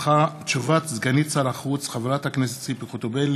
תשובת סגנית שר החוץ חברת הכנסת ציפי חוטובלי